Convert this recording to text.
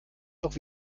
doch